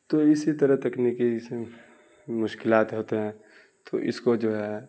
تو اسی طرح تکنیکی اس میں مشکلات ہوتے ہیں تو اس کو جو ہے